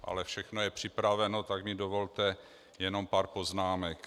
Ale všechno je připraveno, tak mi dovolte jenom pár poznámek.